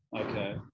Okay